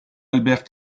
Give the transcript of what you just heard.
albert